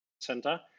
center